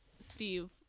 steve